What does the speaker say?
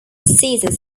ceases